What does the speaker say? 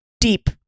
deep